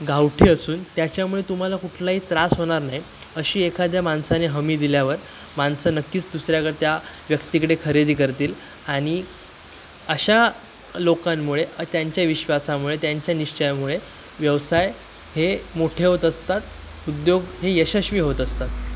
गावठी असून त्याच्यामुळे तुम्हाला कुठलाही त्रास होणार नाही अशी एखाद्या माणसाने हमी दिल्यावर माणसं नक्कीच दुसऱ्या त्या व्यक्तीकडे खरेदी करतील आणि अशा लोकांमुळे त्यांच्या विश्वासामुळे त्यांच्या निश्चयामुळे व्यवसाय हे मोठे होत असतात उद्योग हे यशस्वी होत असतात